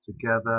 together